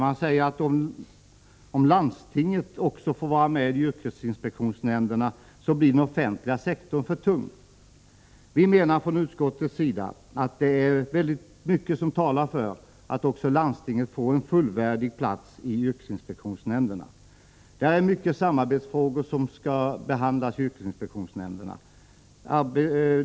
Man säger att om också landstinget får vara med i yrkesinspektionsnämnderna, blir den offentliga sektorn för tung. Från utskottets sida menar vi att det är mycket som talar för att också landstingen skall få fullvärdiga platser i yrkesinspektionsnämnderna. Det är många samarbetsfrågor som skall behandlas i yrkesinspektionsnämnderna.